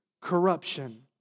corruption